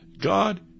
God